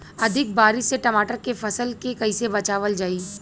अधिक बारिश से टमाटर के फसल के कइसे बचावल जाई?